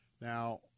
Now